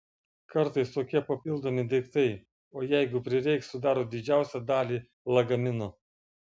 kartais tokie papildomi daiktai o jeigu prireiks sudaro didžiausią dalį lagamino